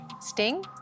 Sting